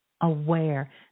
aware